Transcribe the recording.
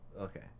Okay